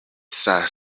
saa